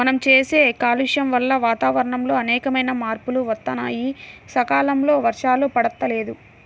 మనం చేసే కాలుష్యం వల్ల వాతావరణంలో అనేకమైన మార్పులు వత్తన్నాయి, సకాలంలో వర్షాలు పడతల్లేదు